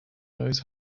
knows